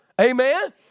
Amen